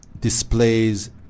displays